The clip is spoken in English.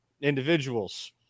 individuals